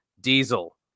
Diesel